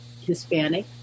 Hispanic